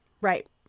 right